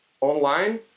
online